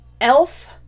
Elf